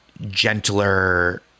gentler